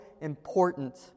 important